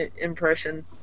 impression